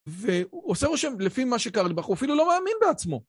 והוא עושה רושם לפי מה שקרליבך, הוא אפילו לא מאמין בעצמו.